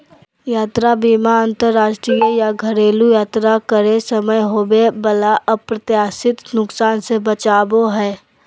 यात्रा बीमा अंतरराष्ट्रीय या घरेलू यात्रा करे समय होबय वला अप्रत्याशित नुकसान से बचाबो हय